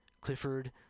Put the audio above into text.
Clifford